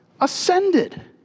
ascended